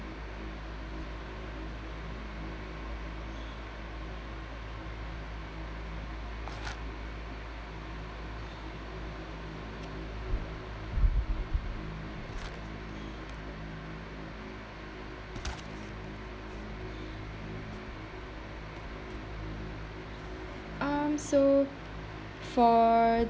um so for